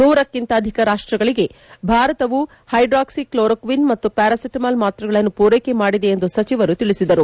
ನೂರಕ್ಕಿಂತ ಅಧಿಕ ರಾಷ್ವಗಳಿಗೆ ಭಾರತವು ಹೈಡ್ರಾಕ್ಪಿಕ್ಲೋರೊಕ್ವಿನ್ ಮತ್ತು ಪ್ಯಾರಾಸೆಟಮಾಲ್ ಮಾತ್ರೆಗಳನ್ನು ಪೂರೈಕೆ ಮಾದಿದೆ ಎಂದು ಸಚಿವರು ತಿಳಿಸಿದರು